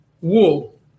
wool